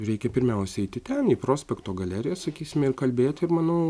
reikia pirmiausia eiti ten į prospekto galeriją sakysime ir kalbėti ir manau